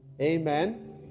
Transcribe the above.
Amen